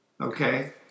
Okay